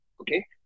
okay